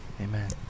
Amen